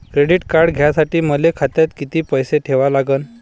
Credit card घ्यासाठी मले खात्यात किती पैसे ठेवा लागन?